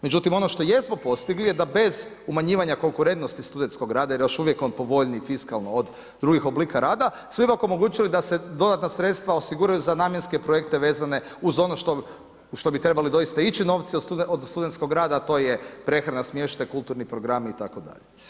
Međutim ono što jesmo postigli je da bez umanjivanja konkurentnosti studentskog rada, jer još uvijek je on povoljniji fiskalno od drugih oblika rada, smo ipak omogućili da se dodatna sredstva osiguraju za namjenske projekte vezane uz ono što bi trebali doista ići, novci od studentskog rada, a to je prehrana, smještaj, kulturni programi itd.